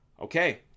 Okay